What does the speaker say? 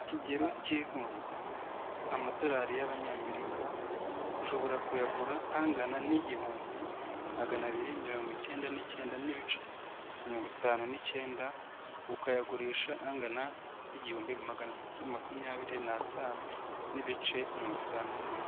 Ikigero cy'ivunjwa, amadolari y'Abanyamerika ushobora kuyagura angana n'igihumbi magana abiri mirongo icyenda n'icyenda n'ibice mirongo itanu n'icyenda, ukayagurisha angana n'igihumbi magana atatu makumyabiri n'atanu n'ibice mirongo itanu n'umunani.